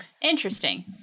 Interesting